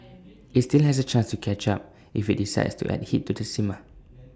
IT still has A chance to catch up if IT decides to add heat to the simmer